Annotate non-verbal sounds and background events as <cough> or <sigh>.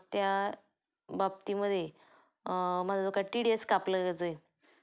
त्या बाबतीमध्ये माझा जो काय टी डी एस कापलं <unintelligible>